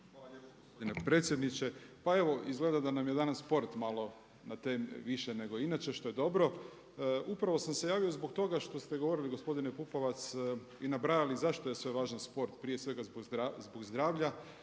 lijepo gospodine predsjedniče. Pa evo izgleda da nam je sport malo na temi više nego inače, što je dobro. Upravo sam se javio zbog toga što ste govorili gospodine Pupovac i nabrajali zašto je sve važan sport, prije svega zbog zdravlja,